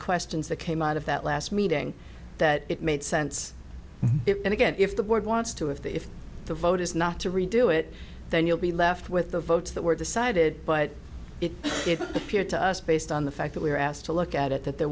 questions that came out of that last meeting that it made sense and again if the board wants to if the vote is not to redo it then you'll be left with the votes that were decided but it is clear to us based on the fact that we were asked to look at it that there